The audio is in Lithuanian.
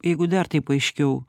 jeigu dar taip aiškiau